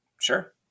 sure